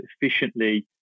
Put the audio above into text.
efficiently